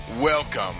Welcome